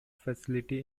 facility